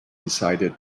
decided